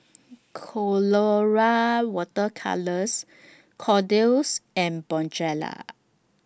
Colora Water Colours Kordel's and Bonjela